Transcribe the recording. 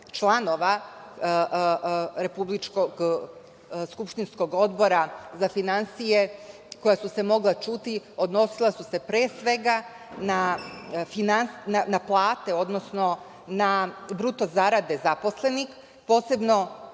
osnovna pitanja članova Odbora za finansije, koja su se mogla čuti, odnosila su se pre svega na plate, odnosno na bruto zarade zaposlenih, posebno